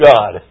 God